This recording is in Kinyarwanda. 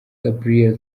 gabrielle